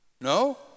No